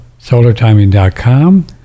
solartiming.com